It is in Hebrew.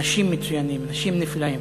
אנשים מצוינים, אנשים נפלאים,